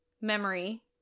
memory